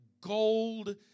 gold